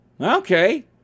okay